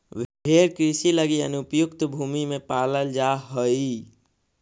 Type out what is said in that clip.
भेंड़ कृषि लगी अनुपयुक्त भूमि में पालल जा हइ